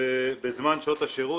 בזמן שעות השירות.